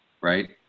Right